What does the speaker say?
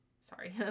sorry